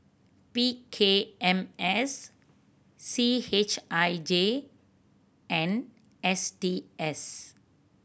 P K M S C H I J and S T S